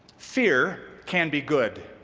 fear can be good.